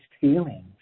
feelings